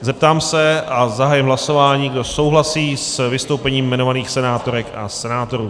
Zeptám se a zahajuji hlasování, kdo souhlasí s vystoupením jmenovaných senátorek a senátorů.